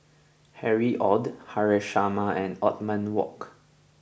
Harry Ord Haresh Sharma and Othman Wok